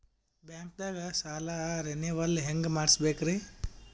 ಬ್ಯಾಂಕ್ದಾಗ ಸಾಲ ರೇನೆವಲ್ ಹೆಂಗ್ ಮಾಡ್ಸಬೇಕರಿ?